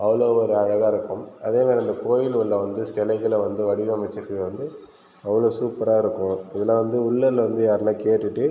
அவ்வளோ ஒரு அழகாக இருக்கும் அதேமாரி அந்த கோவிலில் உள்ளே வந்து சிலைகளை வந்து வடிவமைச்சிருக்கிறது வந்து அவ்வளோ சூப்பராக இருக்கும் இதலாம் வந்து உள்ளூரில் வந்து யாருனா கேட்டுட்டு